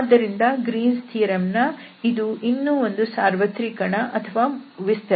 ಆದ್ದರಿಂದ ಇದು Green's theorem Green's theoremನ ಇನ್ನೂ ಒಂದು ಸಾರ್ವತ್ರೀಕರಣ ಅಥವಾ ವಿಸ್ತರಣೆ